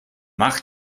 mach